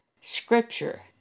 Scripture